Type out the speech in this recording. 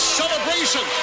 celebration